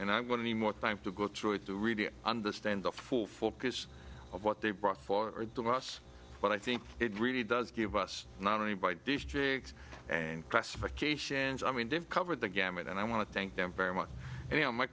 and i'm going to be more time to go through it to really understand the full focus of what they brought for two months but i think it really does give us not only by districts and classifications i mean they've covered the gamut and i want to thank them very much an